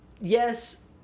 Yes